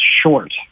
short